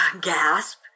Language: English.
gasp